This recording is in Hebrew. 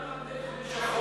לא הבנתי את כל הנאום הזה.